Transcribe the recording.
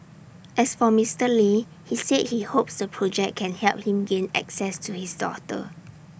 as for Mister lee he said he hopes the project can help him gain access to his daughter